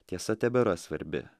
tiesa tebėra svarbi